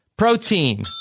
Protein